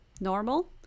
normal